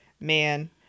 man